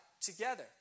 together